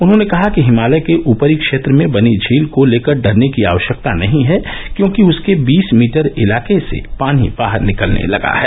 उन्होंने कहा कि हिमालय के ऊपरी क्षेत्र में बनी झील को लेकर डरने की आवश्यकता नहीं है क्योंकि उसके बीस मीटर इलाके से पानी बाहर निकलने लगा है